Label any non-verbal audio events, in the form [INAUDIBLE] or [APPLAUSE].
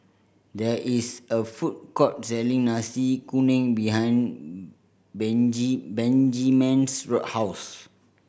there is a food court selling Nasi Kuning behind [UNINTELLIGIBLE] Benjiman's [UNINTELLIGIBLE] house